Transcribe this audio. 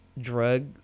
drug